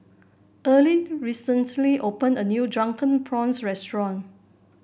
Earlean recently opened a new Drunken Prawns restaurant